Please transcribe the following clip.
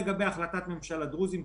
לגבי החלטת מימשל הדרוזים,